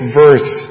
verse